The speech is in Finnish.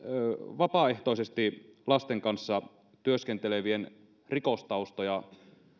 vapaaehtoisesti lasten kanssa työskentelevien rikostaustoja